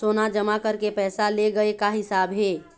सोना जमा करके पैसा ले गए का हिसाब हे?